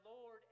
Lord